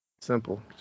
Simple